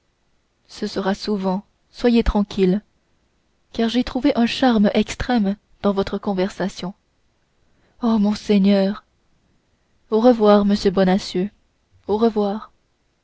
ce sera souvent soyez tranquille car j'ai trouvé un charme extrême à votre conversation oh monseigneur au revoir monsieur bonacieux au revoir